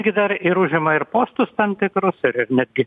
gi dar ir užima ir postus tam tikrus ir netgi